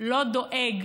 לא דואג